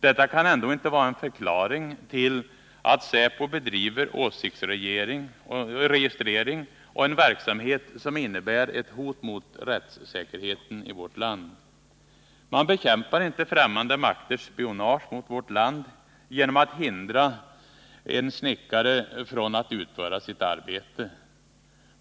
Detta kan ändå inte vara en förklaring till att säpo bedriver åsiktsregistrering och en verksamhet som innebär ett hot mot rättssäkerheten i vårt land. Man bekämpar inte främmande makters spionage mot vårt land genom att hindra en snickare från att utföra sitt arbete!